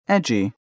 Edgy